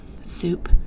soup